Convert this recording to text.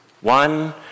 one